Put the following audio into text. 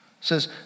says